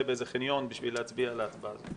באיזה חניון בשביל להצביע על ההצבעה הזו.